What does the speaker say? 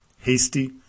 hasty